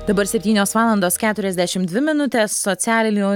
dabar septynios valandos keturiasdešimt dvi minutės socialinių